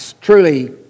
truly